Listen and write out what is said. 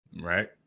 Right